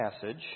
passage